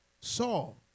Saul